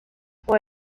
fue